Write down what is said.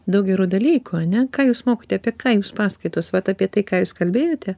daug gerų dalykų ane ką jūs mokote apie ką jūs paskaitos vat apie tai ką jūs kalbėjote